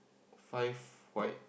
five white